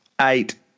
eight